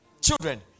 children